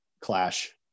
clash